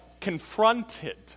confronted